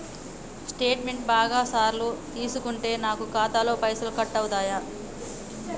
Statement బాగా సార్లు తీసుకుంటే నాకు ఖాతాలో పైసలు కట్ అవుతయా?